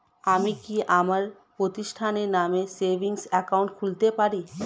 আমি কি আমার প্রতিষ্ঠানের নামে সেভিংস একাউন্ট খুলতে পারি?